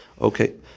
Okay